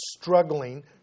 struggling